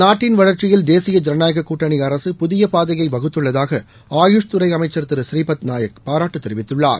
நாட்டின் வளர்ச்சியில் தேசிய ஜனநாயக கூட்டணி அரசு புதிய பாதையை வசூத்துள்ளதாக அயஷ்துறை அமைச்சர் திரு புரீபத்நாயக் பாராட்டு தெரிவித்துள்ளார்